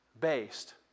based